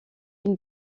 une